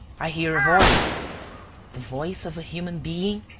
i hear a voice. the voice of a human being?